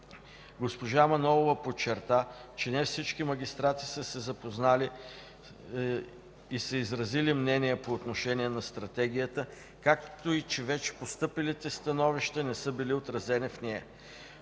Госпожа Манолова подчерта, че не всички магистрати са се запознали и са изразили мнение по отношение на Стратегията, както и че вече постъпилите становища не са били отразени в нея.